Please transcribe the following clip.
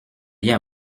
bien